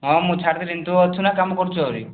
ହଁ ମୁଁ ଛାଡ଼ି ଦେଲିଣି ତୁ ଅଛୁ ନା କାମ କରୁଛୁ ଆହୁରି